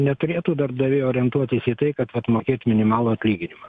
neturėtų darbdaviai orientuotis į tai kad vat mokėt minimalų atlyginimą